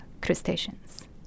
crustaceans